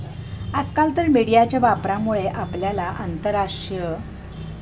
आजकाल तर मीडियाच्या वापरामुळे आपल्याला आंतरराष्ट्रीय